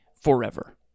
forever